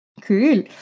Cool